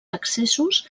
accessos